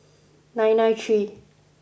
nine nine three